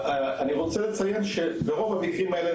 אני רוצה לציין שברוב המקרים האלה,